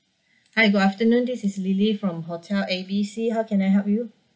hi good afternoon this is lily from hotel A B C how can I help you